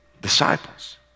disciples